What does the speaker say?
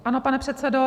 Ano, pane předsedo.